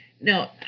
No